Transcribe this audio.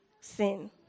sin